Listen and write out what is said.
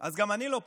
אז גם אני לא פה.